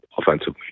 offensively